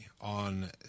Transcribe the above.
on